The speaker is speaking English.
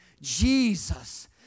Jesus